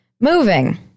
moving